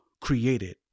created